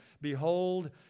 behold